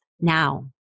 now